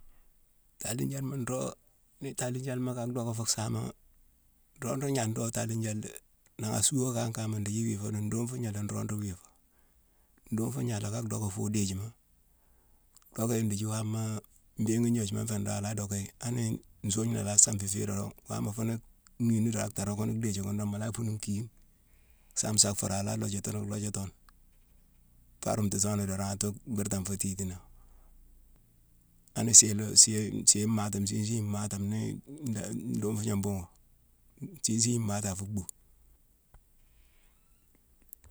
Taalinjalema, nroog, ni taalinjalema ka dhocka fuu saama, nroog ruu gna doo taalinjalema dé. Nangha asuuwé kan kama ndithi i wiifo ni: nduufugna la nroog nruu wiifo. Nduufugna a la ka dhocké fuu idijima, docka yi ndhithi wama mbiingi gnojuma nfé ni, a la dhocka yi. Ani nsuugna la sanfi fi dorong, wama fune nhii ni dorong, a taara kune dhiji dorong, mu la yick a fuunune kighine, saame sa fur a la lojati lhojatoni. Faa rumtatoni dorong attu bhertan fo titinangh. An sélo-si-yoye-nsii mati, nsiisigne maatame nii-nda nduufugnone buugone. nsiisigne matame a fu bhuu.